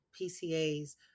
PCAs